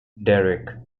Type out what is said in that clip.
derek